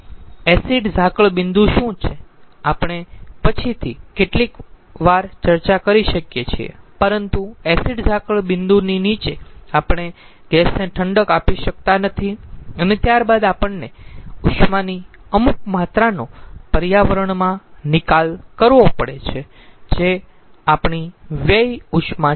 acid ઝાકળ બિંદુ શું છે આપણે પછીથી કેટલીક વાર ચર્ચા કરી શકીએ છીએ પરંતુ એસિડ ઝાકળ બિંદુની નીચે આપણે ગેસને ઠંડક આપી શકતા નથી અને ત્યારબાદ આપણને ઉષ્માની અમુક માત્રાનો પર્યાવરણમાં નિકાલ કરવો પડે છે જે આપણી વ્યય ઉષ્મા છે